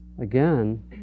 again